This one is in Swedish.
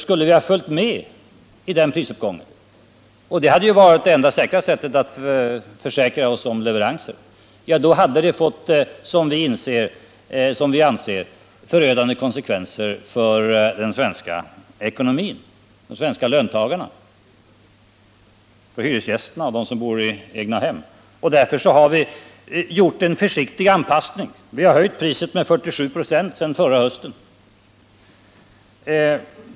Skulle vi ha följt med i den prisuppgången — det hade varit det enda säkra sättet att försäkra oss om leveranser — hade det, som vi anser, fått förödande konsekvenser för den svenska ekonomin, för de svenska löntagarna, för hyresgästerna och för dem som bor i egna hem. Därför har vi gjort en försiktig anpassning. Vi har höjt priset med 47 96 sedan förra hösten.